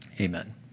amen